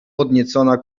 podniecona